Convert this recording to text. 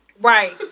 Right